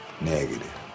Negative